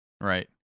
Right